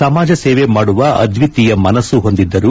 ಸಮಾಜ ಸೇವೆ ಮಾಡುವ ಅದ್ಲಿತೀಯ ಮನಸ್ತು ಹೊಂದಿದ್ದರು